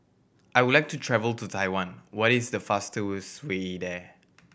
I would like to travel to Taiwan what is the fastest way there